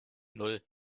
nan